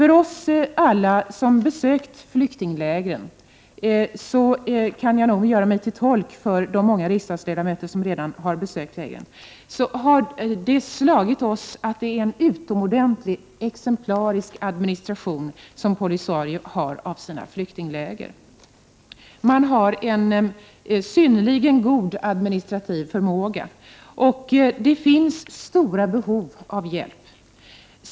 Jag kan nog göra mig till tolk för de många riksdagsledamöter som redan har besökt lägren, och då vill jag säga att det har slagit oss att Polisario har en utomordentligt exemplarisk administration av sina flyktingläger. Man har alltså en synnerligen god administrativ förmåga. Men man har ett stort behov av hjälp.